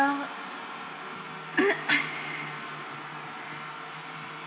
uh